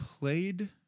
played